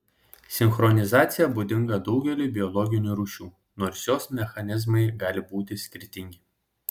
sinchronizacija būdinga daugeliui biologinių rūšių nors jos mechanizmai gali būti skirtingi